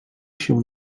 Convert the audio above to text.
się